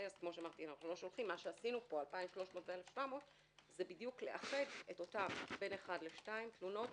מה שעשינו פה זה בדיוק לאחד בין 1 ל-2 תלונות